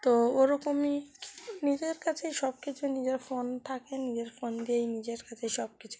তো ওরকমই নিজের কাছেই সব কিছু নিজের ফোন থাকে নিজের ফোন দিয়েই নিজের কাছেই সব কিছু